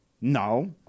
No